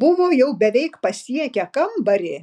buvo jau beveik pasiekę kambarį